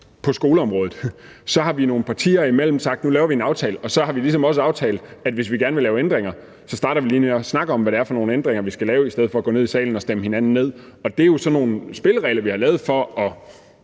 det jo, fordi man, når man nogle partier imellem har lavet en aftale på skoleområdet, så også har aftalt, at hvis vi gerne vil lave ændringer, starter vi lige med at snakke om, hvad det er for nogle ændringer, vi skal lave, i stedet for at gå ned i salen og stemme hinanden ned. Og det er jo sådan nogle spilleregler, vi har lavet for at